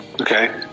okay